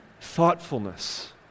thoughtfulness